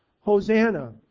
Hosanna